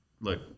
Look